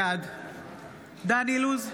בעד דן אילוז,